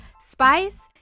spice